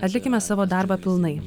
atlikime savo darbą pilnai